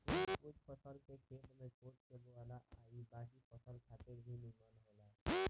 कुछ फसल के खेत के खोद के बोआला आ इ बाकी फसल खातिर भी निमन होला